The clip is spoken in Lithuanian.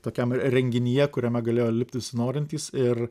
tokiam renginyje kuriame galėjo lipti visi norintys ir